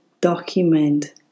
document